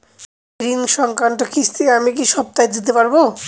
ঋণ সংক্রান্ত কিস্তি আমি কি সপ্তাহে দিতে পারবো?